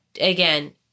again